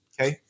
Okay